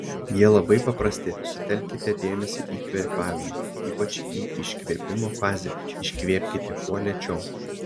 jie labai paprasti sutelkite dėmesį į kvėpavimą ypač į iškvėpimo fazę iškvėpkite kuo lėčiau